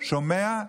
שומע,